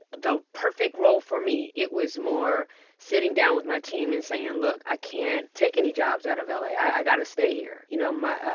the perfect role for me. it was more sitting down with my team and saying, look, i can't take any jobs out of la. i got to stay here. you know, my